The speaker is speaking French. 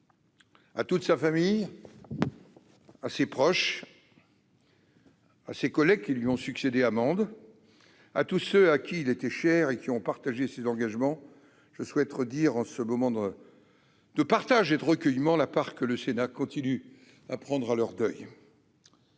À toute sa famille, à ses proches, à ses collègues qui lui ont succédé à Mende, à tous ceux à qui il était cher et qui ont partagé ses engagements, je souhaite redire, en ce moment de partage et de recueillement, la part que le Sénat continue de prendre à leur deuil.